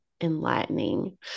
enlightening